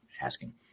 asking